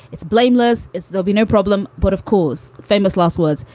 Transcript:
it's blameless. it's there'll be no problem. but, of course, famous last words,